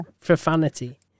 profanity